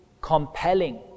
compelling